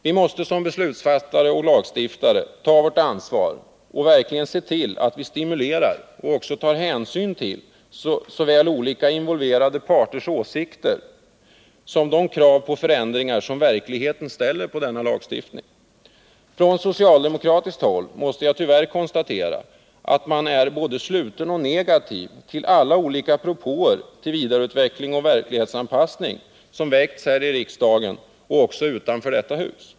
Vi måste som beslutsfattare och lagstiftare ta vårt ansvar och verkligen se till att vi stimulerar och också tar hänsyn till såväl olika involverade parters åsikter som de krav på förändringar som verkligheten ställer på denna lagstiftning. Jag måste tyvärr konstatera att man från socialdemokratiskt håll är både sluten och negativ till alla de olika propåer till vidareutveckling och 107 verklighetsanpassning som väckts i riksdagen och också utanför detta hus.